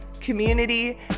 community